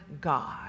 God